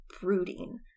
brooding